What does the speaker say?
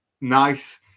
nice